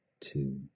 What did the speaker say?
two